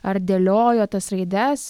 ar dėliojot tas raides